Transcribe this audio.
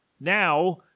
now